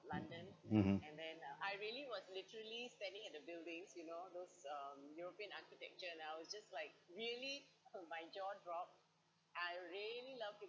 mmhmm